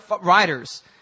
riders